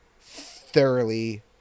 thoroughly